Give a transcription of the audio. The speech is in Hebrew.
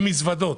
עם מזוודות.